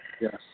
Yes